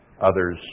others